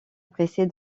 appréciée